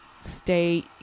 stay